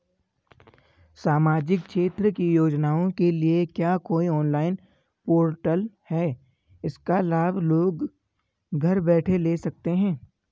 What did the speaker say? सामाजिक क्षेत्र की योजनाओं के लिए क्या कोई ऑनलाइन पोर्टल है इसका लाभ लोग घर बैठे ले सकते हैं?